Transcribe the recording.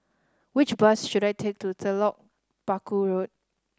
which bus should I take to Telok Paku Road